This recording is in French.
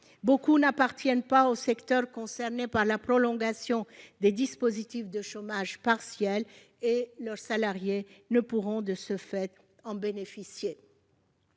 Beaucoup n'appartiennent pas aux secteurs concernés par la prolongation des dispositifs de chômage partiel, et leurs salariés ne pourront de ce fait en bénéficier.